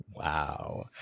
Wow